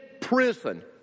prison